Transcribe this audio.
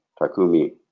Takumi